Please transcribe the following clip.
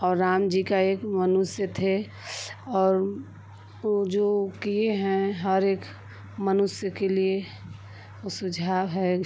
और राम जी का एक मनुष्य थे और वो जो किए हैं हर एक मनुष्य के लिए वो सुझाव है